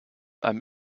einem